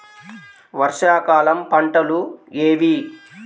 వర్షాకాలం పంటలు ఏవి?